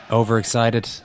overexcited